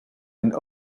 ten